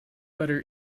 butter